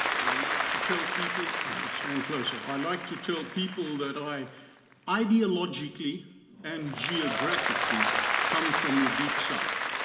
i like to tell people, i should stand closer, i like to tell people that i ideologically and geographically come from the deep south.